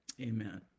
Amen